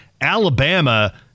Alabama